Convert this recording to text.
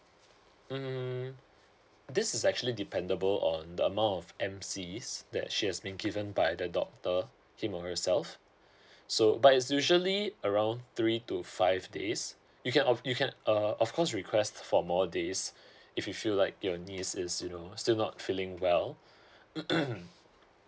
mm this is actually dependable on the amount of MC's that she has been given by the doctor him or herself so but is usually around three to five days you can of you can uh of course request for more days if you feel like your niece is you know still not feeling well mm